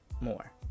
more